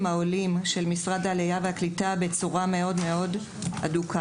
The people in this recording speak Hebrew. העולים של משרד העלייה והקליטה בצורה מאוד הדוקה.